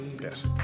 Yes